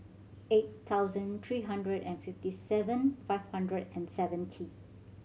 eight thousand three hundred and fifty seven five hundred and seventy